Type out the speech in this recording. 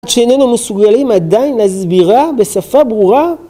שאיננו מסוגלים עדיין להסבירה בשפה ברורה